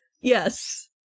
Yes